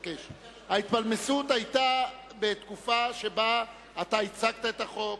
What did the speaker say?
ההתפלמסות היתה בתקופה שבה הצגת את החוק,